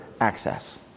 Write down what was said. access